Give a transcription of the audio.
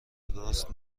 راست